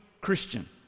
Christian